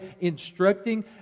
instructing